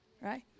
right